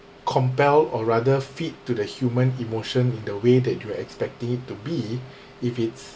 compel or rather feed to the human emotion in the way that you are expecting it to be if it's